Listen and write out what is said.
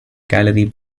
gallery